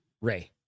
Ray